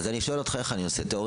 אז אני שואל אותך איך אני עושה את זה.